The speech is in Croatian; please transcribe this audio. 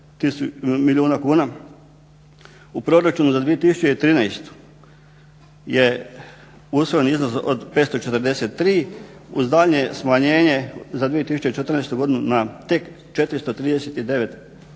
milijuna kuna. U proračunu za 2013. je usvojen iznos od 543, uz daljnje smanjenje za 2014. godinu na tek 439 milijuna